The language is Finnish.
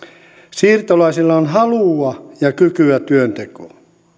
siirtolaisilla on halua ja kykyä työntekoon